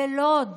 בלוד.